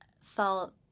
felt